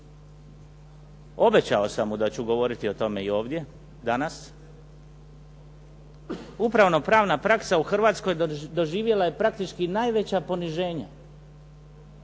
obećao sam mu da ću govoriti o tome i ovdje danas, upravno-pravna praksa u Hrvatskoj doživjela je praktički najveća poniženja,